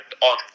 on